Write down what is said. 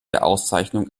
auszeichnung